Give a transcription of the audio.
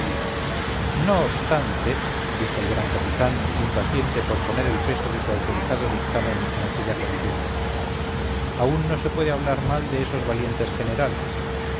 no obstante dijo el gran capitán impaciente por poner el peso de su autorizado dictamen en aquella contienda aún no sepuede hablar mal de esos valientes generales